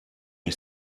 you